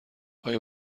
آیا